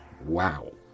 wow